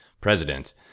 presidents